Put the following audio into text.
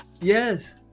yes